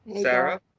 Sarah